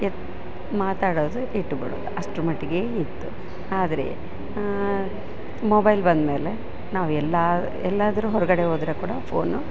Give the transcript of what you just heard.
ಎತ್ತಿ ಮಾತಾಡೋದು ಇಟ್ಬಿಡೋದು ಅಷ್ಟ್ರ ಮಟ್ಟಿಗೆ ಇತ್ತು ಆದರೆ ಮೊಬೈಲ್ ಬಂದ್ಮೇಲೆ ನಾವು ಎಲ್ಲಾ ಎಲ್ಲಾದರು ಹೊರಗಡೆ ಹೋದರೆ ಕೂಡ ಫೊನು